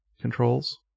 controls